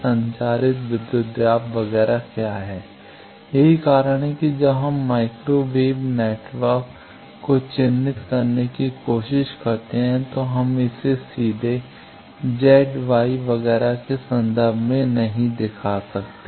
संचारित विद्युत दाब वगैरह क्या है यही कारण है कि जब हम माइक्रो वेव नेटवर्क में चिह्नित करने की कोशिश करते हैं तो हम इसे सीधे Z Y वगैरह के संदर्भ में नहीं दिखा सकते हैं